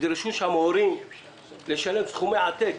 ההורים שם נדרשו לשלם סכומי עתק.